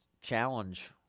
challenge